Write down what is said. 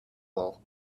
all